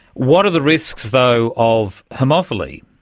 what are the risks though of homophily,